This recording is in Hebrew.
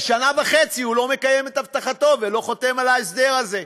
שנה וחצי הוא לא מקיים את הבטחתו ולא חותם על ההסדר הזה.